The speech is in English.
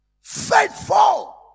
faithful